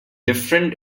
different